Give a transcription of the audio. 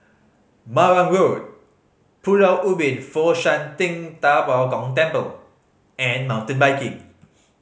Marang Road Pulau Ubin Fo Shan Ting Da Bo Gong Temple and Mountain Biking